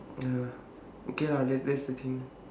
ya okay lah that's that's the thing